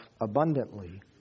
abundantly